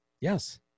Yes